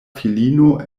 filino